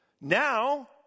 Now